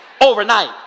overnight